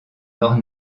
nord